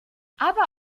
aber